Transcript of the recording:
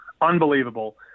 unbelievable